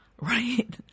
Right